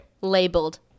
Labeled